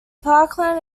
parkland